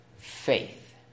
Faith